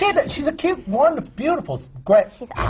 yeah she's a cute, wonderful, beautiful, great she's